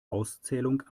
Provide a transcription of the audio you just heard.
auszählung